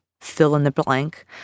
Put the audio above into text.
fill-in-the-blank